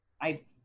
I-